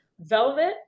velvet